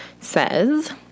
says